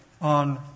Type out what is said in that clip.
on